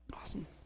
Awesome